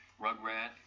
Rugrat